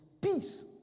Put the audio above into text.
peace